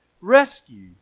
rescue